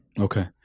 Okay